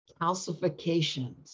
calcifications